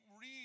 read